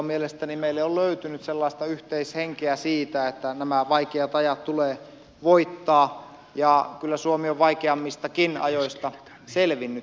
mielestäni meille on löytynyt sellaista yhteishenkeä siitä että nämä vaikeat ajat tulee voittaa ja kyllä suomi on vaikeammistakin ajoista selvinnyt